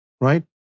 Right